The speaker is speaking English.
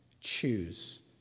choose